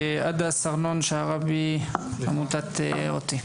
הדס ארנון-שרעבי, עמותת אותי.